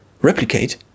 replicate